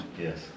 Yes